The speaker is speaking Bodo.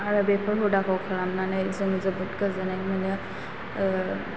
आरो बेफोर हुदाखौ खालामनानै जोङो जोबोत गोजोन्नाय मोनो